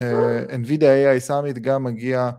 NVIDIA AI Summit גם מגיע